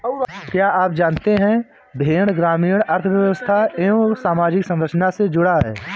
क्या आप जानते है भेड़ ग्रामीण अर्थव्यस्था एवं सामाजिक संरचना से जुड़ा है?